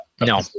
No